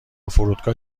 فرودگاه